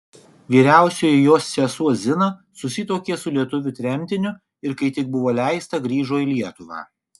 vyriausioji jos sesuo zina susituokė su lietuviu tremtiniu ir kai tik buvo leista grįžo į lietuvą